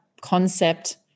concept